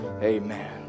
Amen